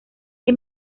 que